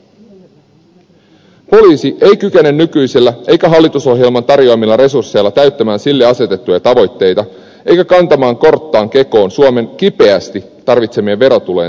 poliisi ei kykene nykyisillä eikä hallitusohjelman tarjoamilla resursseilla täyttämään sille asetettuja tavoitteita eikä kantamaan korttaan kekoon suomen kipeästi tarvitsemien verotulojen takaisin saamisessa